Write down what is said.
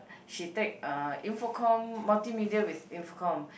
she take uh Infocom multimedia with Infocom